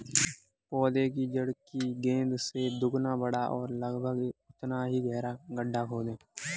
पौधे की जड़ की गेंद से दोगुना बड़ा और लगभग उतना ही गहरा गड्ढा खोदें